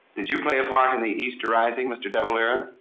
did you play a part in the easter rising, mr. de valera?